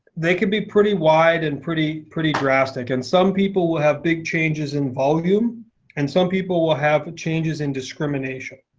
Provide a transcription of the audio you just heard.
they can be pretty wide and pretty pretty drastic. and some people have big changes in volume and some people will have changes in discrimination.